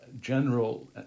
general